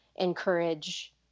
encourage